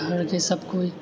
घरके सभकोइ